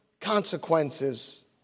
consequences